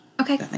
okay